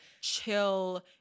chill